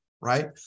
right